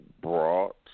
brought